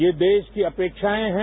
ये देश की अपेक्षाएं हैं